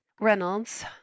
reynolds